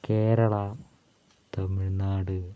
Kerala Tamil Nadu